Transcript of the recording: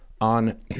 on